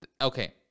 okay